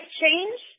change